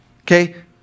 okay